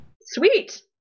Sweet